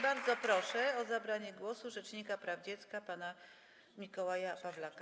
Bardzo proszę o zabranie głosu rzecznika praw dziecka pana Mikołaja Pawlaka.